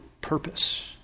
purpose